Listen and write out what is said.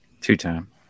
Two-time